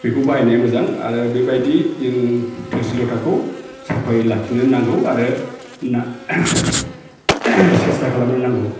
बेखौ बाहायनाया मोजां आरो बेबायदि जों थोरसि लथाखौ साफायै लाखिनो नांगौ आरो सेस्था खालामनो नांगौ